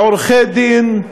עורכי-דין,